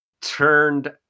turned